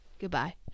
Goodbye